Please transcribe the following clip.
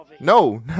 No